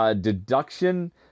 deduction